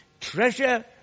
treasure